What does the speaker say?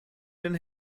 den